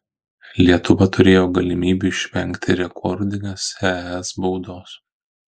lietuva turėjo galimybių išvengti rekordinės es baudos